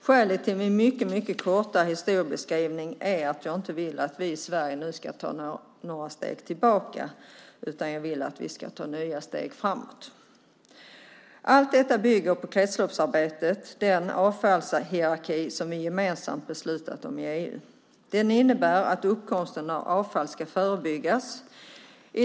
Skälet till min mycket korta historiebeskrivning är att jag inte vill att vi i Sverige nu ska ta några steg tillbaka. Jag vill i stället att vi ska ta nya steg framåt. Allt detta bygger på kretsloppsarbetet - den avfallshierarki som vi gemensamt beslutat om i EU. Den innebär att uppkomsten av avfall ska förebyggas.